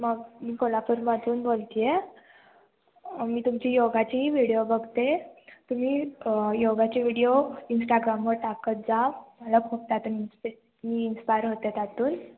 मग मी कोल्हापूरमधून बोलते आहे मी तुमची योगाचीही व्हिडिओ बघते तुम्ही योगाचे व्हिडिओ इंस्टाग्रामवर टाकत जा मला खूप त्यातून इन्स्पि मी इन्स्पायर होते त्यातून